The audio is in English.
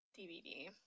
DVD